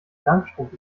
langstrumpf